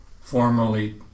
formerly